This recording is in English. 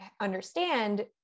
understand